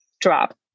drop